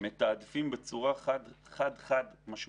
מתעדפים בצורה חד-משמעית